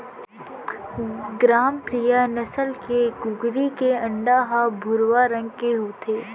ग्रामप्रिया नसल के कुकरी के अंडा ह भुरवा रंग के होथे